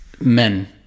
men